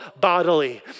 bodily